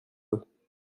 eux